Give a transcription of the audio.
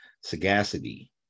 sagacity